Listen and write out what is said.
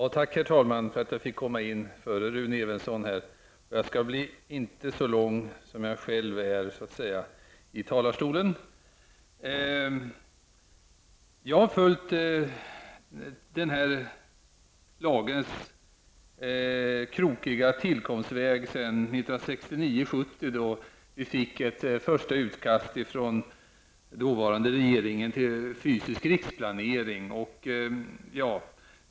Herr talman! Tack för att jag fick gå in i debatten före Rune Evensson. Jag skall emellertid inte bli så lång i talarstolen som jag själv är. Jag har följt denna lags krokiga tillkomstväg sedan 1969/1970, då den dåvarande regeringen gav ut ett första utkast till fysisk riksplanering.